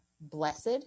blessed